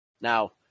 Now